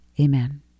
amen